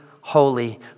holy